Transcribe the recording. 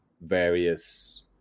various